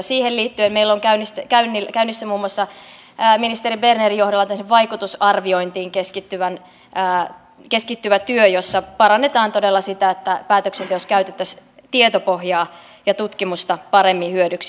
siihen liittyen meillä on käynnissä muun muassa ministeri bernerin johdolla vaikutusarviointiin keskittyvä työ jossa parannetaan todella sitä että päätöksenteossa käytettäisiin tietopohjaa ja tutkimusta paremmin hyödyksi